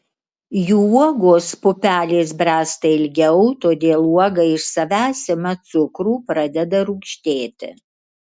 jų uogos pupelės bręsta ilgiau todėl uoga iš savęs ima cukrų pradeda rūgštėti